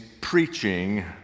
preaching